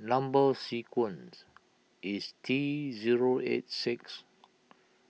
Number Sequence is T zero eight six